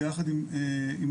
ביחד עם העירייה,